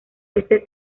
este